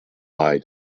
eye